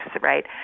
right